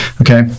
Okay